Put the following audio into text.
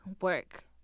work